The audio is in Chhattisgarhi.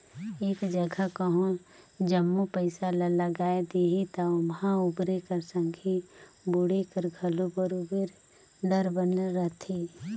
एक जगहा कहों जम्मो पइसा ल लगाए देहे ता ओम्हां उबरे कर संघे बुड़े कर घलो बरोबेर डर बनल रहथे